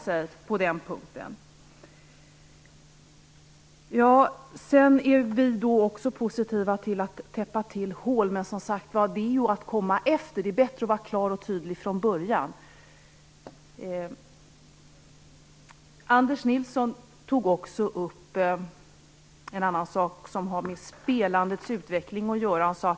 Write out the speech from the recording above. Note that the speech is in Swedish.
Sedan är vi också positiva till att täppa till hål, men det är ju som sagt att komma efter. Det är bättre att vara klar och tydlig från början. Anders Nilsson tog också upp en annan sak som har med spelandets utveckling att göra.